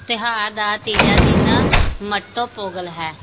ਤਿਉਹਾਰ ਦਾ ਤੀਜਾ ਦਿਨ ਮੱਟੂ ਪੋਂਗਲ ਹੈ